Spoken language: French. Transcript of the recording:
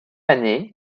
année